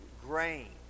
grain